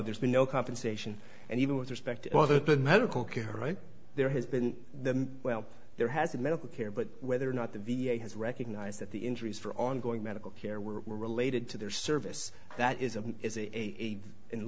there's been no compensation and even with respect other than medical care right there has been the well there has a medical care but whether or not the v a has recognized that the injuries for ongoing medical care were related to their service that is a is a